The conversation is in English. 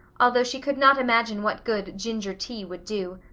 although she could not imagine what good ginger tea would do.